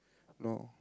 no